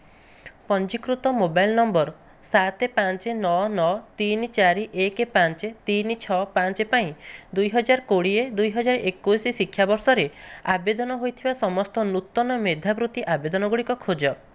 ପଞ୍ଜୀକୃତ mobile number ସାତ ପାଞ୍ଚ ନଅ ନଅ ତିନି ଚାରି ଏକ ପାଞ୍ଚ ତିନି ଛଅ ପାଞ୍ଚ ପାଇଁ ଦୁଇ ହଜାର କୋଡ଼ିଏ ଦୁଇ ହଜାର ଏକୋଇଶ ଶିକ୍ଷାବର୍ଷରେ ଆବେଦନ ହୋଇଥିବା ସମସ୍ତ ନୂତନ ମେଧାବୃତ୍ତି ଆବେଦନ ଗୁଡ଼ିକ ଖୋଜ